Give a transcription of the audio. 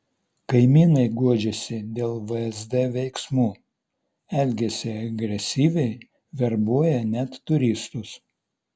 kaimynai guodžiasi dėl vsd veiksmų elgiasi agresyviai verbuoja net turistus